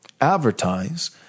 Advertise